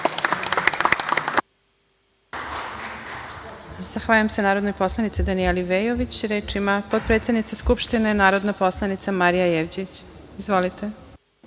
Zahvaljujem se narodnoj poslanici Danijeli Veljović. Reč ima potpredsednica Skupštine, narodna poslanica Marija Jevđić. Izvolite.